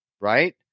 right